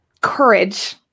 courage